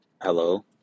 Hello